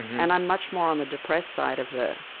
and i'm much more on the depressed side of the